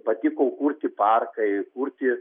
patiko kurti parkai kurti